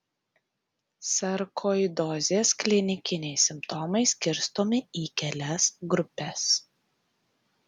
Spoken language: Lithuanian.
sarkoidozės klinikiniai simptomai skirstomi į kelias grupes